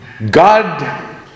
God